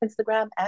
Instagram